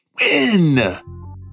win